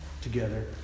together